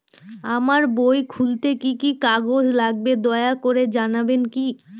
আমার বই খুলতে কি কি কাগজ লাগবে দয়া করে জানাবেন কি?